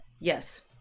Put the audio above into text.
Yes